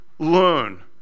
Learn